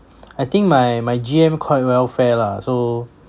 I think my my G_M quite welfare lah so